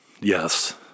Yes